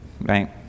right